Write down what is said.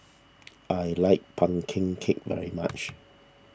I like Pumpkin Cake very much